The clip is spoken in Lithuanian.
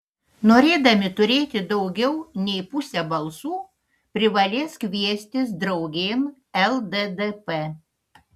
norėdami turėti daugiau nei pusę balsų privalės kviestis draugėn lddp